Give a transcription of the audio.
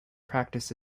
practice